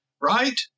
Right